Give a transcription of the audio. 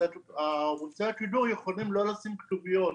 אז ערוצי השידור יכולים לא לשים כתוביות.